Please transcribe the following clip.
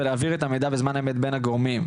ולהעביר את המידע בזמן אמת בין הגורמים.